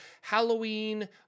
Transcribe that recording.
Halloween